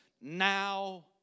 Now